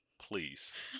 Please